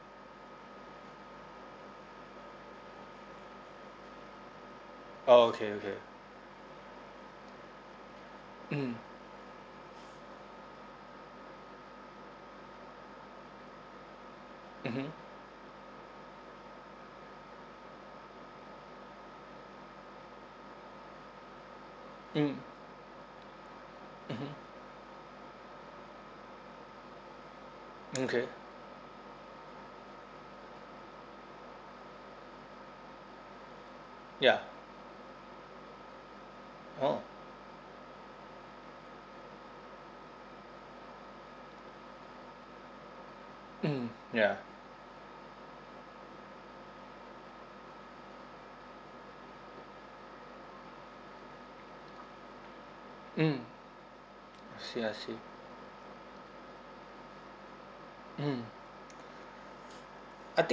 oh okay okay mm mmhmm mm mmhmm okay ya oh mm ya mm I see I see mm I think